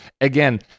Again